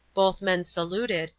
both men saluted,